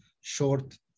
short